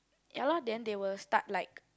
ya lah then they were start like